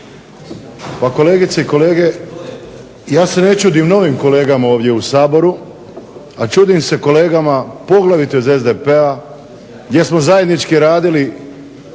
Pa kolegice i kolege, ja se ne čudim novim kolegama ovdje u Saboru, a čudim se kolegama, poglavito iz SDP-a jer smo zajednički radili